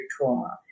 trauma